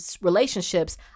relationships